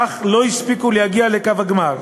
אך לא הספיקו להגיע לקו הגמר.